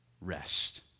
rest